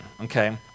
okay